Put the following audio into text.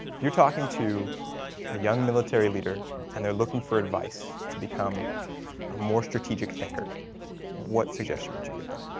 you're talking to a young military leader and they're looking for advice to become a more strategic thinker what suggestion would you give them?